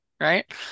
right